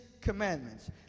commandments